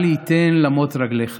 אל יִתן למוט רגלך